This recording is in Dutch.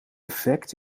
effect